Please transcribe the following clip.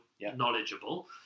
knowledgeable